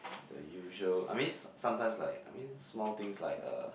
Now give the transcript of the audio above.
the usual I mean sometimes like I mean small things like uh